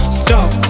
stop